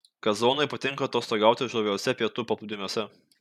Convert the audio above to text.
kazonui patinka atostogauti žaviuose pietų paplūdimiuose